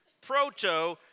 Proto